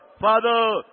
Father